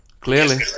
Clearly